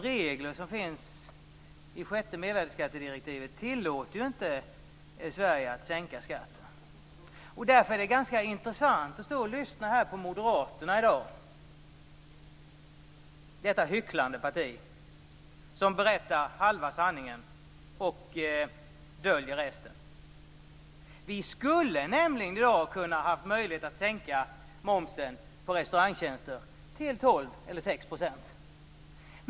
Reglerna i sjätte mervärdesskattedirektivet tillåter inte Sverige att sänka skatten. Därför är det intressant att i dag lyssna på Moderaterna - detta hycklande parti. Man berättar halva sanningen och döljer resten. Det skulle ha kunnat vara möjligt att i dag sänka momsen på restaurangtjänster till 12 eller 6 %.